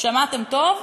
שמעתם טוב,